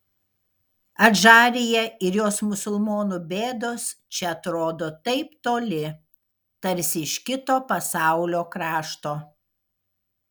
adžarija ir jos musulmonų bėdos čia atrodo taip toli tarsi iš kito pasaulio krašto